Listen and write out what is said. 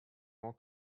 more